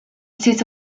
suits